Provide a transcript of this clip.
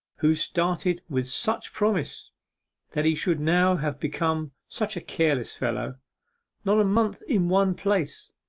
who started with such promise that he should now have become such a careless fellow not a month in one place.